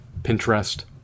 Pinterest